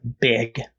big